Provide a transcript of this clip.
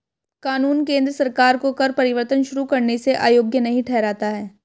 कानून केंद्र सरकार को कर परिवर्तन शुरू करने से अयोग्य नहीं ठहराता है